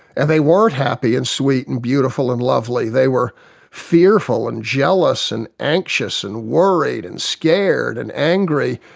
and they weren't happy and sweet and beautiful and lovely, they were fearful and jealous and anxious and worried and scared and angry.